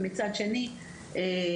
ומצד שני הגון